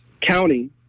County